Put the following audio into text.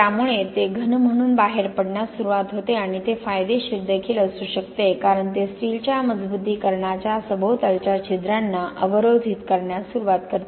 त्यामुळे ते घन म्हणून बाहेर पडण्यास सुरवात होते आणि ते फायदेशीर देखील असू शकते कारण ते स्टीलच्या मजबुतीकरणाच्या सभोवतालच्या छिद्रांना अवरोधित करण्यास सुरवात करते